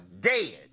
dead